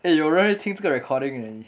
eh 有人会听这个 recording 的 leh 你